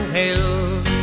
hills